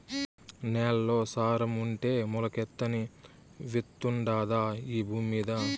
నేల్లో సారం ఉంటే మొలకెత్తని విత్తుండాదా ఈ భూమ్మీద